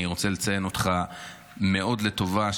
אני רוצה לציין אותך מאוד לטובה.